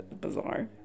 bizarre